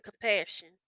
compassion